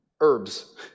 herbs